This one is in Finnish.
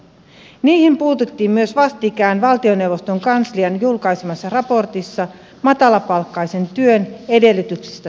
niihin puututtiin myös vastikään valtioneuvoston kanslian julkaisemassa raportissa matalapalkkaisen työn edellytyksistä suomessa